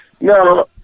No